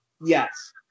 Yes